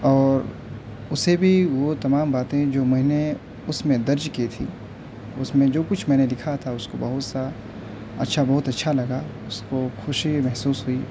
اور اسے بھی وہ تمام باتیں جو میں نے اس میں درج کی تھیں اس میں جو کچھ میں نے لکھا تھا اس کو بہت سا اچھا بہت اچھا لگا اس کو خوشی محسوس ہوئی